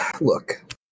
look